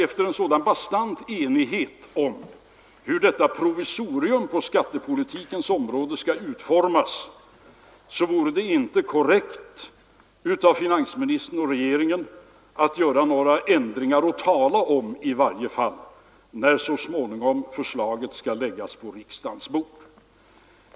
Efter en sådan bastant enighet om hur detta provisorium på skattepolitikens område skall utformas föreställer jag mig att det inte vore korrekt av finansministern och regeringen att göra några ändringar — i varje fall några ändringar att tala om — när förslag så småningom skall läggas på riksdagens bord.